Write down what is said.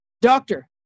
doctor